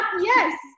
Yes